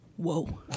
Whoa